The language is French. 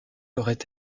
aurait